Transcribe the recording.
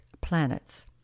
planets